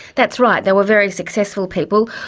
that's right, they were very successful people.